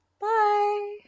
bye